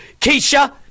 Keisha